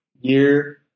year